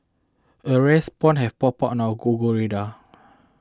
a rare spawn have popped up on our Google radar